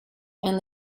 and